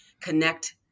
connect